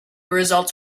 results